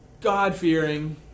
God-fearing